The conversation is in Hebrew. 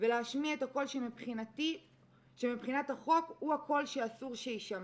ולהשמיע את הקול שמבחינת החוק הוא הקול שאסור שיישמע.